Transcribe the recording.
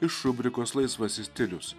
iš rubrikos laisvasis stilius